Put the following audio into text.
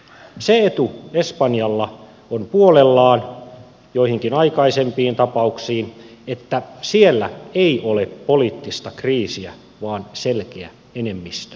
se etu espanjalla on puolellaan joihinkin aikaisempiin tapauksiin verrattuna että siellä ei ole poliittista kriisiä vaan selkeä enemmistöhallitus